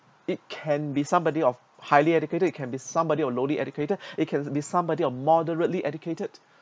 it can be somebody of highly educated it can be somebody of lowly educated it can be somebody of moderately educated